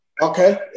Okay